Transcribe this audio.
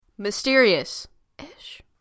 Mysterious-ish